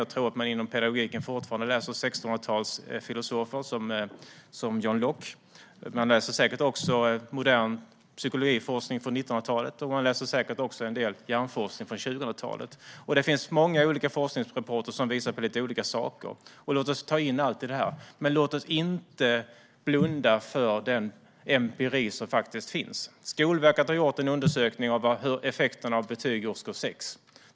Jag tror att man inom pedagogiken fortfarande läser 1600-talsfilosofer som John Locke och säkert också modern psykologiforskning från 1900-talet och en del hjärnforskning från 2000-talet. Det finns många olika forskningsrapporter som visar på lite olika saker. Låt oss ta in allt i detta, men låt oss inte blunda för den empiri som faktiskt finns. Skolverket har gjort en undersökning av effekterna av betyg i årskurs 6.